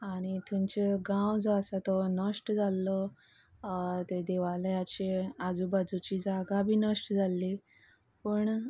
आनी थंयचो गांव जो आसा तो नश्ट जाल्लो देवालयाचे आजूबाजूची जागा बी नश्ट जाली पूण